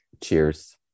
cheers